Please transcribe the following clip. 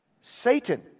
Satan